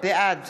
בעד